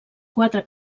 quatre